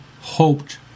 hoped